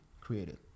created